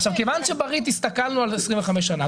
כיוון שב-ריט הסתכלנו על 25 שנים,